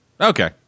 Okay